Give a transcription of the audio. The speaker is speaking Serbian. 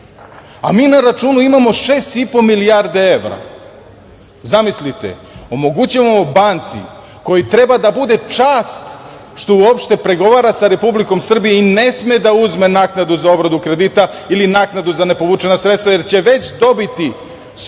Mi na računu imamo 6,5 milijardi evra. Zamislite, omogućavamo banci kojoj treba da bude čast što uopšte pregovara sa Republikom Srbijom i ne sme da uzme naknadu za obradu kredita ili naknadu za ne povučena sredstva, jer će već dobiti sto